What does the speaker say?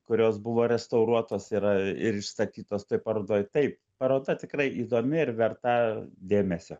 kurios buvo restauruotos yra ir išstatytos toj parodoj taip paroda tikrai įdomi ir verta dėmesio